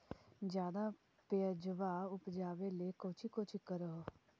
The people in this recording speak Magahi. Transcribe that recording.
ज्यादा प्यजबा उपजाबे ले कौची कौची कर हो?